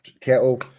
Kettle